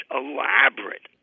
elaborate